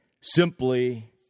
simply